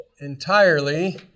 Entirely